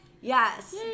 Yes